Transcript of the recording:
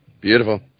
Beautiful